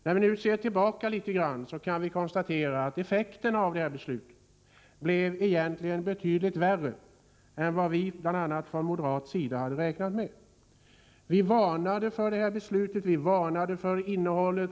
När vi nu ser tillbaka litet grand kan vi konstatera att effekterna av beslutet egentligen blev betydligt värre än vad många, bl.a. vi ifrån moderat sida, hade räknat med. Redan från början varnade vi för beslutet och dess innehåll.